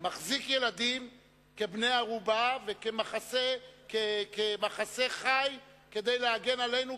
מחזיק ילדים כבני-ערובה וכמחסה חי כדי להגן עלינו,